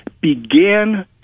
began